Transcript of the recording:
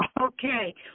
Okay